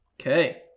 Okay